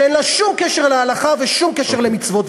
שאין לה שום קשר להלכה ושום קשר למצוות?